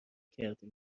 کردین